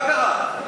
מה קרה?